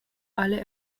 alle